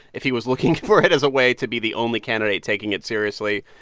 if he was looking for it as a way to be the only candidate taking it seriously,